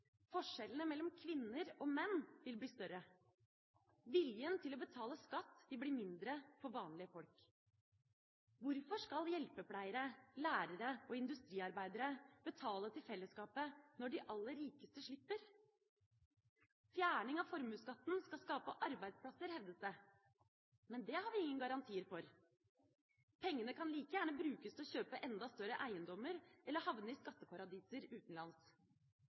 Forskjellene mellom kvinner og menn vil bli større. Viljen til å betale skatt vil bli mindre for vanlige folk. Hvorfor skal hjelpepleiere, lærere og industriarbeidere betale til fellesskapet når de aller rikeste slipper? Fjerning av formuesskatten skal skape arbeidsplasser, hevdes det. Men det har vi ingen garantier for. Pengene kan like gjerne brukes til å kjøpe enda større eiendommer, eller havne i skatteparadiser utenlands.